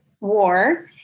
war